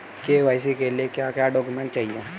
KYC के लिए क्या क्या डॉक्यूमेंट चाहिए?